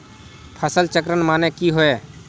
फसल चक्रण माने की होय?